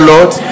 Lord